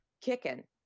kicking